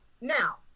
Now